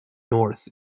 north